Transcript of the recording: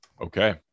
Okay